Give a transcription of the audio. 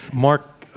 marc,